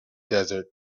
desert